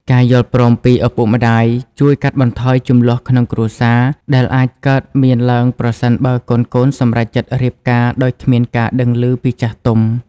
ការយល់ព្រមពីឪពុកម្ដាយជួយកាត់បន្ថយជម្លោះក្នុងគ្រួសារ ដែលអាចកើតមានឡើងប្រសិនបើកូនៗសម្រេចចិត្តរៀបការដោយគ្មានការដឹងឮពីចាស់ទុំ។